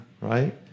right